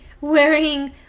wearing